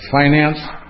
finance